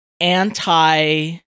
anti